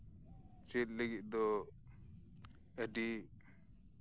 ᱪᱮᱫ ᱞᱟᱹᱜᱤᱫ ᱟᱹᱰᱤ